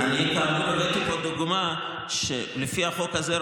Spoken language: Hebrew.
אני כאמור נתתי פה דוגמה: לפי החוק הזה,